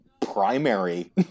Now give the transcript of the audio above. primary